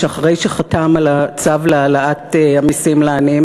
שאחרי שחתם על הצו להעלאת המסים לעניים